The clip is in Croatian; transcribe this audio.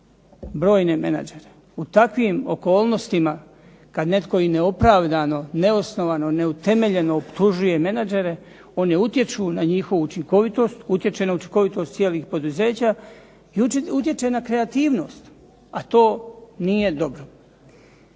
brojne menadžere. U takvim okolnostima kad netko i neopravdano, neosnovano, neutemeljeno optužuje menadžere oni utječu na njihovu učinkovitost, utječe na učinkovitost cijelih poduzeća i utječe na kreativnost, a to nije dobro.